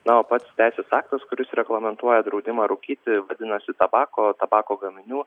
na o pats teisės aktas kuris reglamentuoja draudimą rūkyti vadinasi tabako tabako gaminių